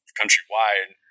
countrywide